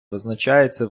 визначається